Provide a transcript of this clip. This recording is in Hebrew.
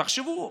תחשבו.